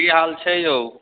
की हाल छै यौ